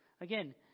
again